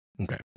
okay